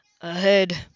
ahead